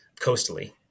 coastally